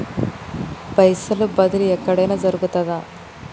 పైసల బదిలీ ఎక్కడయిన జరుగుతదా?